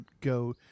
go